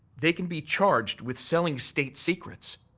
they can be charged with selling state secrets.